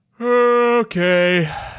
okay